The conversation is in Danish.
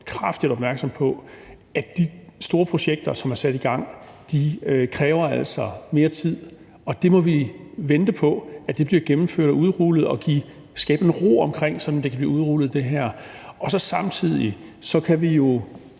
kraftigt opmærksom på, at de store projekter, som er sat i gang, altså kræver mere tid, og dem må vi vente på bliver gennemført og udrullet, og vi må skabe ro omkring det, sådan at de kan blive udrullet; samtidig er vi